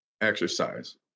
exercise